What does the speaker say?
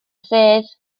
sedd